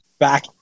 back